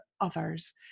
others